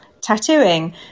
tattooing